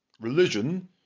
Religion